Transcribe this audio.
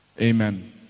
Amen